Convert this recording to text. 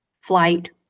flight